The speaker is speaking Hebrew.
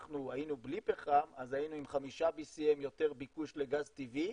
היינו בלי פחם אז היינו עם חמישה BCM יותר ביקוש לגז טבעי,